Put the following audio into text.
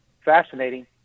fascinating